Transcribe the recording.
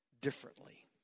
differently